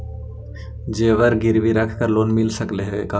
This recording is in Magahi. जेबर गिरबी रख के लोन मिल सकले हे का?